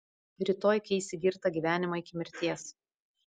rytoj keis į girtą gyvenimą iki mirties